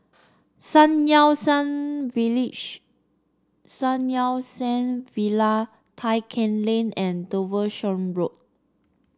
Sun Yat Sen Village Sun Yat Sen Villa Tai Keng Lane and Devonshire Road